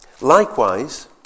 Likewise